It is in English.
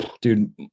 dude